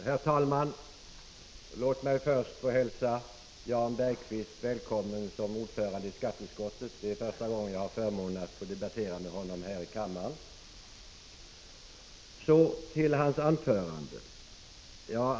Herr talman! Låt mig först få hälsa Jan Bergqvist välkommen som ordförande i skatteutskottet. Det är första gången jag har förmånen att få debattera med honom här i kammaren. Så till hans anförande.